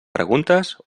preguntes